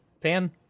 Pan